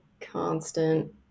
constant